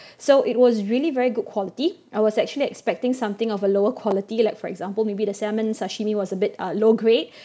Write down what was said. so it was really very good quality I was actually expecting something of a lower quality like for example maybe the salmon sashimi was a bit uh low grade